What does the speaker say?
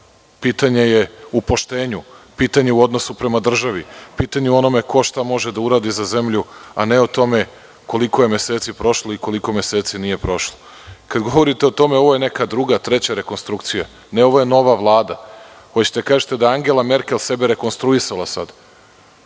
Pitanje je u poštenju, u odnosu prema državi, pitanje je u onome ko šta može da uradi za zemlju, a ne o tome koliko je meseci prošlo i koliko meseci nije prošlo. Kada govorite o tome – ovo je neka druga, treća rekonstrukcija, ne, ovo je nova Vlada. Hoćete li da kažete da je Angela Merkel sebe rekonstruisala sada,